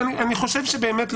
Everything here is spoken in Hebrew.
אני חושב שבאמת,